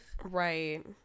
Right